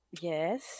yes